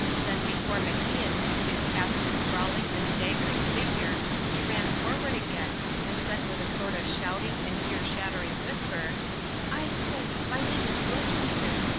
then before macian could get past his sprawling and staggering figure he ran forward again and said with a sort of shouting and ear-shattering whisper i say, my name is wilkinson.